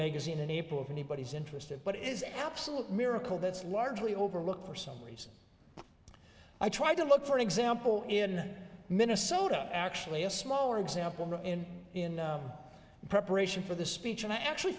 magazine in april anybody's interested but it is an absolute miracle that's largely overlooked for some reason i try to look for example in minnesota actually a smaller example in in preparation for the speech and i actually